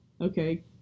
Okay